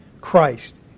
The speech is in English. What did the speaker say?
Christ